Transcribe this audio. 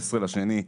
ב-15 בפברואר 2022,